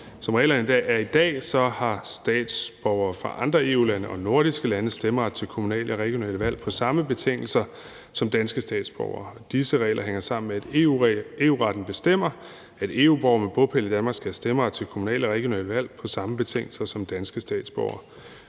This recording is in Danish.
Som reglerne er i dag, har statsborgere fra andre EU-lande og nordiske lande stemmeret til kommunale og regionale valg på samme betingelser som danske statsborgere. Disse regler hænger sammen med, at EU-retten bestemmer, at EU-borgere med bopæl i Danmark skal have stemmeret til kommunale og regionale valg på samme betingelser som danske statsborgere.